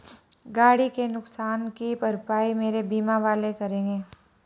गाड़ी के नुकसान की भरपाई मेरे बीमा वाले करेंगे